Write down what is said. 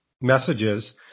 messages